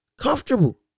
comfortable